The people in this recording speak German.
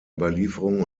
überlieferung